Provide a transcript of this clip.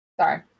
Sorry